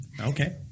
okay